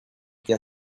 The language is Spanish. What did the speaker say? que